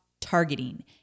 targeting